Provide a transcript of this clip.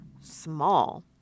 small